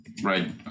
Right